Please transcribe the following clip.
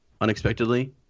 unexpectedly